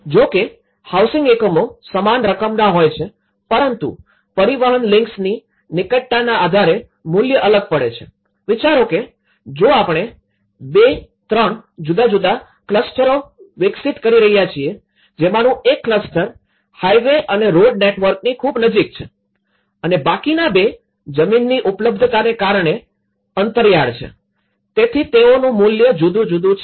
જોકે હાઉસિંગ એકમો સમાન રકમના હોય છે પરંતુ પરિવહન લિંક્સની નિકટતાના આધારે મૂલ્ય અલગ પડે છે વિચારો કે જો આપણે ૨૩ જુદા જુદા ક્લસ્ટરો વિકસિત કરી રહ્યા છીએ જેમાનું એક ક્લસ્ટર હાઇવે અને રોડ નેટવર્કની ખૂબ નજીક છે અને બાકીના બે જમીનની ઉપલબ્ધતાને આધારે અંતરિયાળ છે તેથી તેમનું મૂલ્ય જુદું જુદું છે